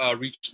reach